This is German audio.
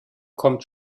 kommt